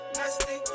nasty